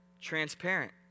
transparent